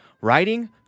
Writing